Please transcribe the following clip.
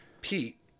Pete